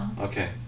Okay